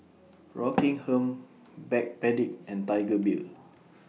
Rockingham Backpedic and Tiger Beer